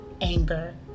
anger